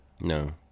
no